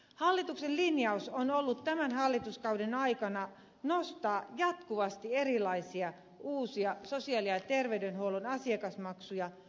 hallituksen linjaus on ollut tämän hallituskauden aikana nostaa jatkuvasti erilaisia sosiaali ja terveydenhuollon asiakasmaksuja